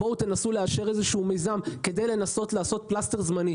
בואו תנסו לאשר איזשהו מיזם כדי לנסות לעשות פלסטר זמני.